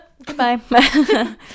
goodbye